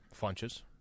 Funches